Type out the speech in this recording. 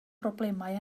broblemau